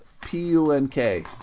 P-U-N-K